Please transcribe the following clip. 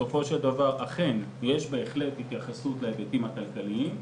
בסופו של דבר אכן יש בהחלט התייחסות להיבטים הכלכליים,